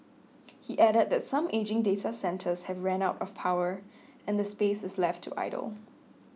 he added that some ageing data centres have ran out of power and the space is left to idle